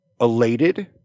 elated